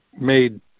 made